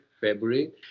February